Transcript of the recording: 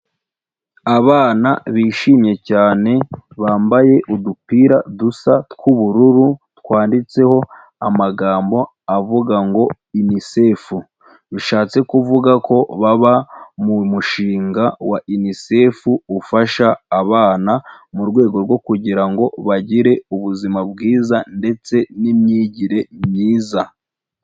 Abana bishimye cyane bambaye udupira dusa tw'ubururu, twanditseho amagambo avuga ngo "UNICEF." bishatse kuvuga ko baba mu mushinga wa UNICEF ufasha abana mu rwego rwo kugira bagire ubuzima bwiza ndetse n'imyigire myiza.